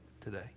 today